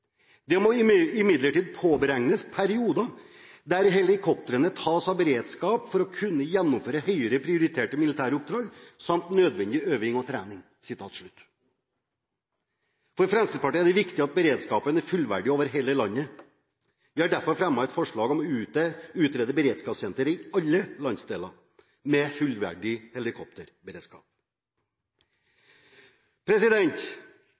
«Det må imidlertid påregnes perioder der helikoptrene tas av beredskap for å kunne gjennomføre høyere prioriterte militære oppdrag, samt nødvendig øving og trening.» For Fremskrittspartiet er det viktig at beredskapen er fullverdig over hele landet. Vi har derfor fremmet et forslag om å utrede beredskapssentre i alle landsdeler, med fullverdig